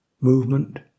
movement